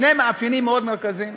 שני מאפיינים מאוד מרכזיים